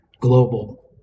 global